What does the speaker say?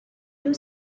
you